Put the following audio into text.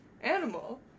animal